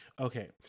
Okay